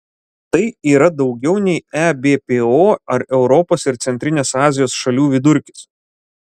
tai yra daugiau nei ebpo ar europos ir centrinės azijos šalių vidurkis